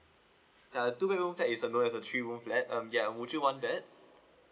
ya two room flat as I know is a three room flat um ya would you want that